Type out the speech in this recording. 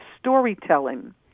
storytelling